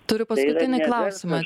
turiu paskutinį klausimą